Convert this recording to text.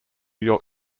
york